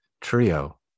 trio